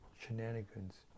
shenanigans